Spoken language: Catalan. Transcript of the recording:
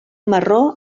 marró